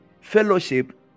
fellowship